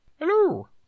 Hello